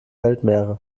weltmeere